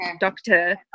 doctor